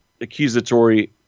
accusatory